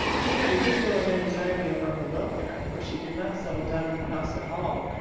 he had a good deal of anxiety over her welfare, for she did not settle down in the house at all.